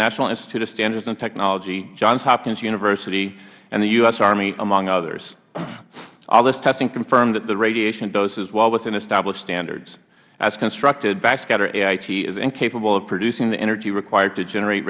national institute of standards and technology johns hopkins university and the u s army among others all this testing confirmed that the radiation dose is well within established standards as constructed backscatter ait is incapable of producing the energy required to generate